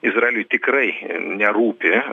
izraeliui tikrai nerūpi